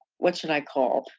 what should i call?